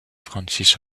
francis